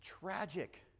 tragic